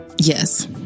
Yes